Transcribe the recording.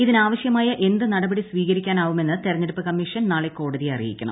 ഇതിനാവശൃമായ എന്ത് നടപടി സ്വീകരിക്കാനാവുമെന്ന് തെരഞ്ഞെടുപ്പ് കമ്മീഷൻ നാളെ കോടതിയെ അറിയിക്കണം